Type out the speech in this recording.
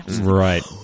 Right